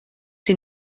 sie